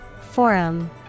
forum